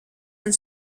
and